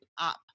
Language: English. up